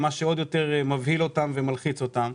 מה שעוד יותר מבהיל ומלחיץ אותנו.